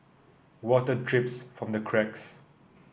water drips from the cracks